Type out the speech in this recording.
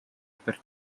per